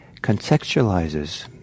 contextualizes